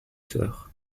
sœurs